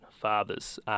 fathers